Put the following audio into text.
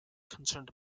concerned